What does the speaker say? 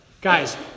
Guys